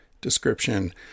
description